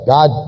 God